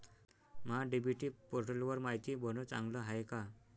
महा DBT पोर्टलवर मायती भरनं चांगलं हाये का?